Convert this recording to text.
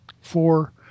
four